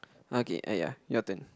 okay !aiya! your turn